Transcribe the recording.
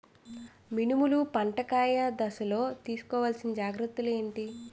మినుములు పంట కాయ దశలో తిస్కోవాలసిన జాగ్రత్తలు ఏంటి?